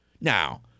Now